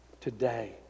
today